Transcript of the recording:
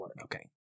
Okay